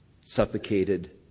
suffocated